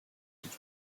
гэж